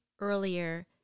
earlier